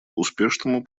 успешному